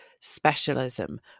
specialism